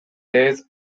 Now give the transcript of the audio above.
thèse